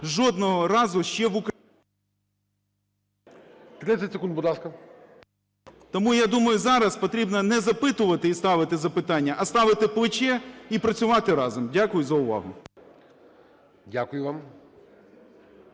жодного разу ще в Україні. ГОЛОВУЮЧИЙ. 30 секунд, будь ласка. ЗУБКО Г.Г. Тому, я думаю, зараз потрібно не запитувати і ставити запитання, а ставити плече і працювати разом. Дякую за увагу. ГОЛОВУЮЧИЙ.